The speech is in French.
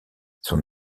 son